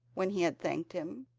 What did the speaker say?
when he had thanked him.